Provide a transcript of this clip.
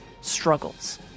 struggles